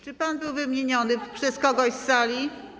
Czy był pan wymieniony przez kogoś z sali?